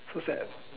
so sad